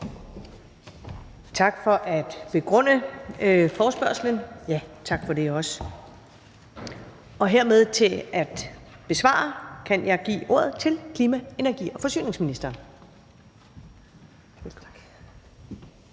Tak for at begrunde forespørgslen. Og hermed for besvarelse kan jeg give ordet til klima-, energi- og forsyningsministeren.